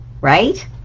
right